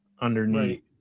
underneath